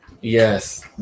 Yes